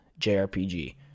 JRPG